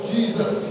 Jesus